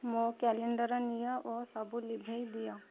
ମୋ କ୍ୟାଲେଣ୍ଡର ନିଅ ଓ ସବୁ ଲିଭେଇ ଦିଅ